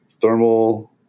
thermal